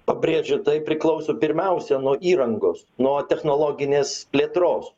pabrėžė tai priklauso pirmiausia nuo įrangos nuo technologinės plėtros